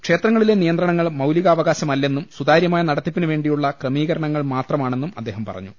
ക്ഷേത്രങ്ങളിലെ നിയന്ത്രണങ്ങൾ മൌലികാവകാശമ ല്ലെന്നും സുതാര്യമായ നടത്തിപ്പിന് വേണ്ടിയുള്ള ക്രമീകരണങ്ങൾ മാത്രമാണെന്നും അദ്ദേഹം പറഞ്ഞു